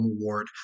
Award